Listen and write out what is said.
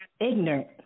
ignorant